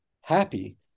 happy